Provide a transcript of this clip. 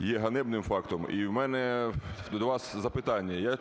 є ганебним фактом. І в мене до вас запитання.